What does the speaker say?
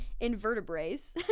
invertebrates